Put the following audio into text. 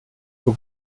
aux